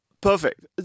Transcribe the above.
Perfect